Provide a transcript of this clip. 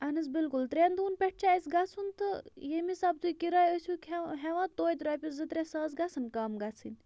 اَہَن حظ بِلکُل ترٛٮ۪ن دۄہَن پٮ۪ٹھ چھِ اَسہِ گَژھُن تہٕ ییٚمہِ حسابہٕ تُہۍ کِراے ٲسِو کھٮ۪وان ہٮ۪وان توتہِ رۄپیَس زٕ ترٛےٚ ساس گژھن کَم گَژھٕنۍ